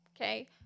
okay